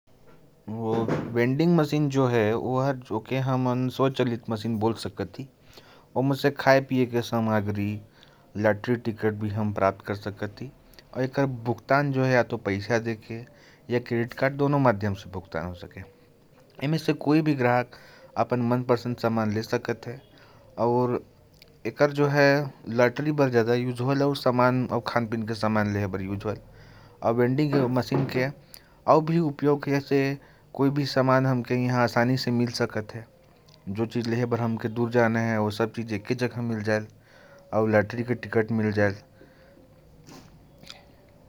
Vending machine, जिसे स्वचालित machine भी कहा जा सकता है, इसमें से खाने-पीने की सामग्री, कोल्ड्रिंक, लॉटरी टिकट, और बहुत सारा सामान प्राप्त किया जा सकता है।